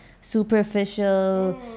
superficial